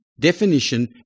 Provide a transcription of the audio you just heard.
definition